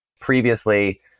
Previously